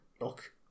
look